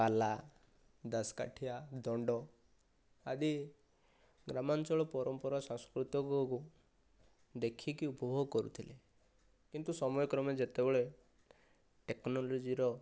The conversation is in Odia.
ପାଲା ଦାସକାଠିଆ ଦଣ୍ଡ ଆଦି ଗ୍ରାମାଞ୍ଚଳ ପରମ୍ପରା ସଂସ୍କୁତିକୁ ଦେଖିକି ଉପଭୋଗ କରୁଥିଲେ କିନ୍ତୁ ସମୟ କ୍ରମେ ଯେତେବେଳେ ଟେକ୍ନୋଲୋଜିର